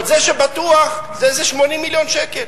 אבל זה שבטוח זה איזה 80 מיליון שקל.